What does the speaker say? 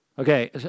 okay